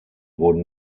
wurden